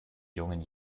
jungen